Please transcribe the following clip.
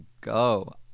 go